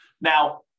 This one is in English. Now